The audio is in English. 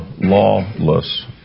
lawless